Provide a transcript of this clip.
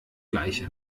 gleiche